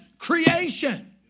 Creation